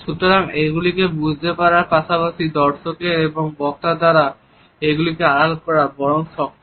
সুতরাং এগুলিকে বুঝতে পারার পাশাপাশি দর্শকের এবং বক্তার দ্বারা এগুলিকে আড়াল করা বরং শক্ত